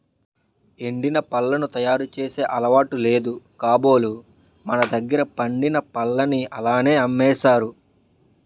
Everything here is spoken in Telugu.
ఎండిన పళ్లను తయారు చేసే అలవాటు లేదు కాబోలు మనదగ్గర పండిన పల్లని అలాగే అమ్మేసారు